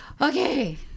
Okay